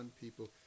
people